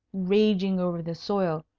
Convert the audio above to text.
raging over the soil,